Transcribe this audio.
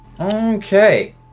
Okay